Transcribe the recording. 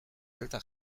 arreta